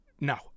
No